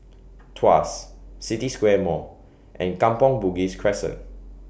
Tuas City Square Mall and Kampong Bugis Crescent